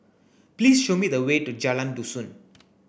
please show me the way to Jalan Dusun